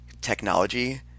technology